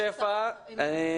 הבנתי שזה בעצם דיון המשך.